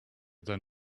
than